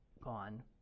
gone